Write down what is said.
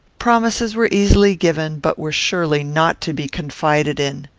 promises were easily given, but were surely not to be confided in.